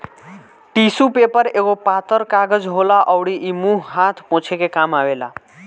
tissue paper एगो पातर कागज होला अउरी इ मुंह हाथ पोछे के काम आवेला